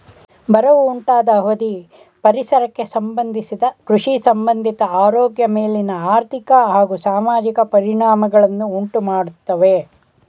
ಬರವು ಉಂಟಾದ ಅವಧಿ ಪರಿಸರಕ್ಕೆ ಸಂಬಂಧಿಸಿದ ಕೃಷಿಸಂಬಂಧಿತ ಆರೋಗ್ಯ ಮೇಲಿನ ಆರ್ಥಿಕ ಹಾಗೂ ಸಾಮಾಜಿಕ ಪರಿಣಾಮಗಳನ್ನು ಉಂಟುಮಾಡ್ತವೆ